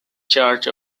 church